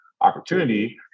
opportunity